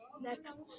Next